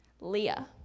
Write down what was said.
leah